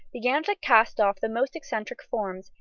began to cast off the most eccentric forms,